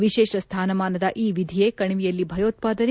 ವಿಶೇಷ ಸ್ಥಾನಮಾನದ ಈ ವಿಧಿಯೇ ಕಣಿವೆಯಲ್ಲಿ ಭಯೋತ್ಪಾದನೆ